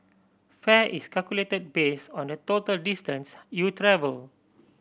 fare is calculate base on the total distance you travel